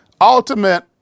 ultimate